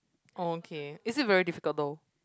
oh okay is it very difficult though